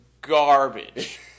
garbage